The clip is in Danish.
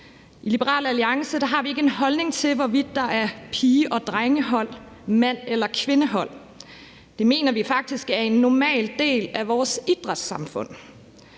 I Liberal Alliance har vi ikke en holdning til, hvorvidt der er pige- og drengehold, mande- eller kvindehold. Det mener vi faktisk er en normal del af vores idrætssamfund.